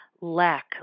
lack